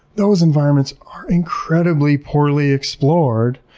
those environments are incredibly poorly explored.